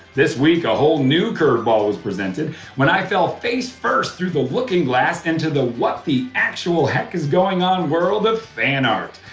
this week a whole new curveball was presented when i fell face-first through the looking glass into the what the actual heck is going on world of fan art.